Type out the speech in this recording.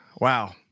wow